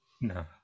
no